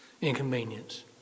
inconvenience